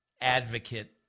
advocate